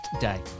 day